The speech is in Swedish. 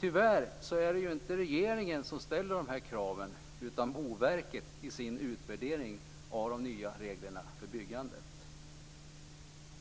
Tyvärr är det ju inte regeringen som ställer de här kraven, utan Boverket i sin utvärdering av de nya reglerna för byggandet.